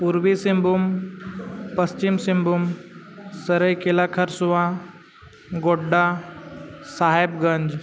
Purbi Singhbhum Paschim Singhbhum Saraikela Kharsawan Godda Sahebganj